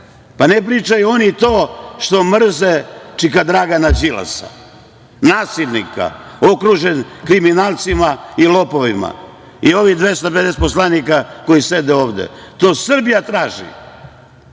ne pričaju oni to što mrze čika Dragana Đilasa, nasilnika, okruženog kriminalcima i lopovima, i ovih 250 poslanika koji sede ovde, to Srbija traži.